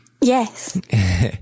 Yes